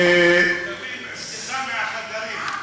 תביא בדיחה מהחדרים.